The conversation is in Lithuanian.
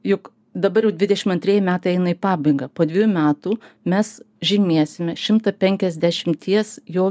juk dabar jau dvidešim antrieji metai eina į pabaigą po dviejų metų mes žymėsime šimtą penkiasdešimties jo